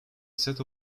set